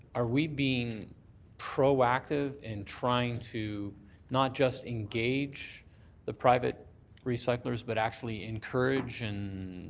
are we being proactive in trying to not just engage the private recyclers but actually encourage and